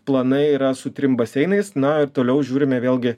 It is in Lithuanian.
planai yra su trim baseinais na ir toliau žiūrime vėlgi